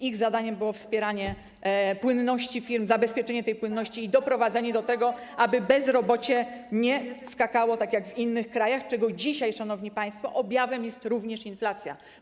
Ich zadaniem było wspieranie płynności firm, zabezpieczenie tej płynności i doprowadzenie do tego, aby bezrobocie nie skakało tak jak w innych krajach, czego dzisiaj, szanowni państwo, objawem jest również inflacja.